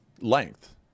length